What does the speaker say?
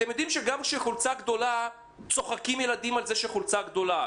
אתם יודעים שגם כשחולצה גדולה ילדים צוחקים על זה שהחולצה גדולה,